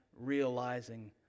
realizing